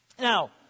Now